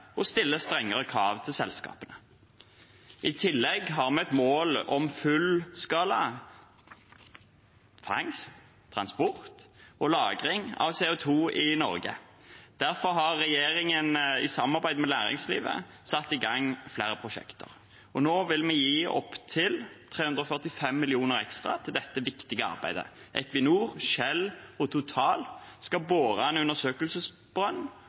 stille strengere krav til selskapene. I tillegg har vi et mål om fullskala fangst, transport og lagring av CO2 i Norge. Derfor har regjeringen, i samarbeid med næringslivet, satt i gang flere prosjekter. Nå vil vi gi opptil 345 mill. kr ekstra til dette viktige arbeidet. Equinor, Shell og Total E&P Norge skal bore en undersøkelsesbrønn